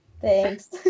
Thanks